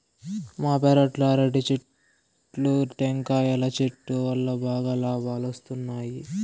మా పెరట్లో అరటి చెట్లు, టెంకాయల చెట్టు వల్లా బాగా లాబాలొస్తున్నాయి